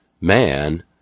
man